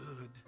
good